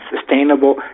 sustainable